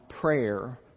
prayer